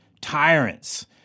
tyrants